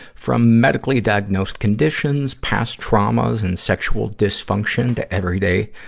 from medically-diagnosed conditions, past traumas and sexual dysfunction, to everyday,